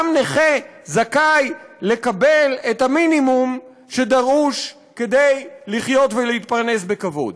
גם נכה זכאי לקבל את המינימום שדרוש כדי לחיות ולהתפרנס בכבוד.